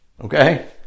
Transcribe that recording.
okay